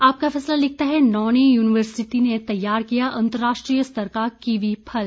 आपका फैसला लिखता है नौणी यूनिवर्सिटी ने तैयार किया अंतर्राष्ट्रीय स्तर का किवी फल